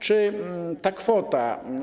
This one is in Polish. Czy ta kwota.